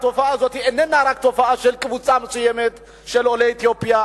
התופעה הזאת איננה רק תופעה של קבוצה מסוימת של עולי אתיופיה.